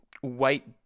white